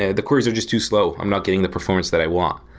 ah the cores are just too slow. i'm not getting the performance that i want.